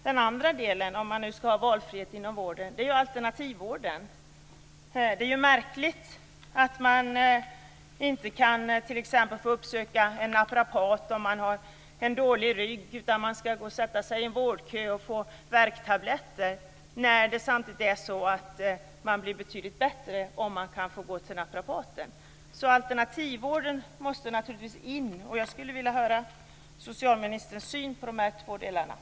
Det andra som saknades gällde friheten att välja alternativ vård. Det är märkligt att man t.ex. inte kan få uppsöka en naprapat, om man har en dålig rygg, utan i stället skall ställa sig i en vårdkö och få värktabletter, trots att man blir betydligt bättre om man kan få gå till naprapaten. Den alternativa vården måste naturligtvis få komma in. Jag skulle vilja höra vilken syn socialministerna har på dessa två frågor.